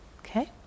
Okay